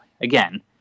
again